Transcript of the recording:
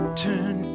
turn